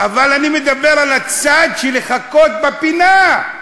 אבל אני מדבר על הצד של לחכות בפינה.